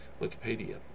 Wikipedia